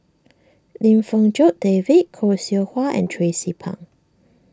Lim Fong Jock David Khoo Seow Hwa and Tracie Pang